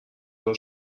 دار